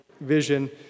vision